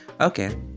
Okay